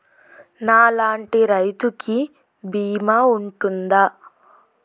నా లాంటి రైతు కి బీమా ఉంటుందా?